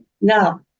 Now